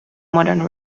modern